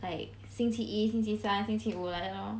like 星期一星期三星期五 like that lor